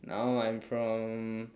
now I'm from